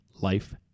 life